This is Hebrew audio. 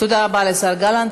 תודה רבה לשר גלנט.